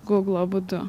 gūglo būdu